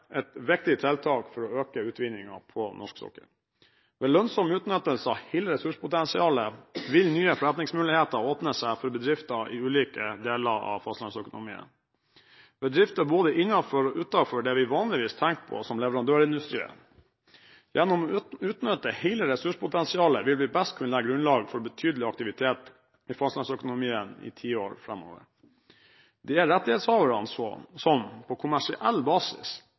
et viktig tiltak for å øke utvinningen på norsk sokkel. Ved lønnsom utnyttelse av hele ressurspotensialet vil nye forretningsmuligheter åpne seg for bedrifter i ulike deler av fastlandsøkonomien, bedrifter både innenfor og utenfor det vi vanligvis tenker på som leverandørindustrien. Gjennom å utnytte hele ressurspotensialet vil vi best kunne legge grunnlag for betydelig aktivitet i fastlandsøkonomien i tiår framover. Det er rettighetshaverne som på kommersiell basis